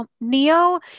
Neo